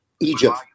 Egypt